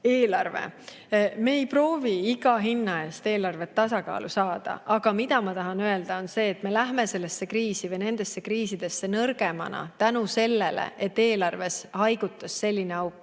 eelarve. Me ei proovi iga hinna eest eelarvet tasakaalu saada. Aga ma tahan öelda, et me lähme sellesse kriisi või nendesse kriisidesse nõrgemana selle tõttu, et eelarves haigutas selline auk.